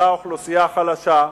אותה אוכלוסייה חלשה.